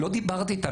לא דיברתי איתם.